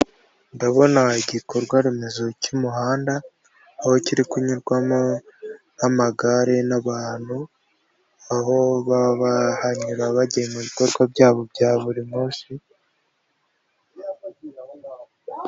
Ndabona igikorwa remezo cy'umuhanda, aho kiri kunyurwamo n'amagare n'abantu aho babahanyura bagiye mu bikorwa byabo bya buri munsi.